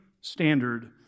standard